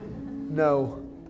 no